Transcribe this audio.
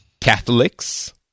Catholics